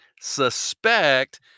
suspect